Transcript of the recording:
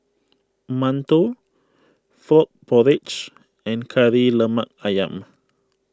Mantou Frog Porridge and Kari Lemak Ayam